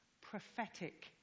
prophetic